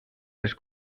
les